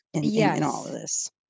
Yes